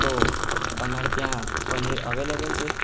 તો તમારે ત્યાં પનીર અવેલેબલ છે